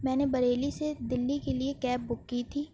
میں نے بریلی سے دلی کے لیے کیب بک کی تھی